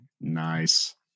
Nice